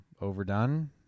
overdone